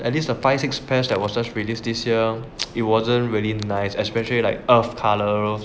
at least the five six pairs that was just released this year it wasn't really nice especially like earth colour